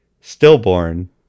stillborn